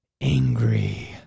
angry